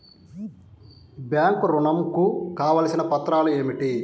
Bank ఋణం కు కావలసిన పత్రాలు ఏమిటి?